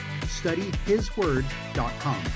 studyhisword.com